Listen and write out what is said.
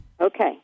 Okay